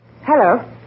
Hello